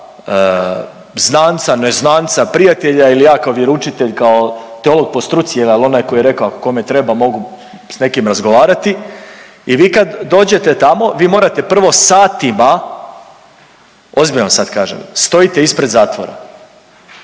znanca, neznanca, prijatelja ili ja kao vjeroučitelj, kao teolog po struci jel al onaj koji je rekao kome treba mogu s nekim razgovarati i vi kad dođete tamo vi morate prvo satima, ozbiljno vam sad kažem, stojite ispred zatvora,